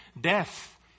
death